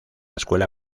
escuela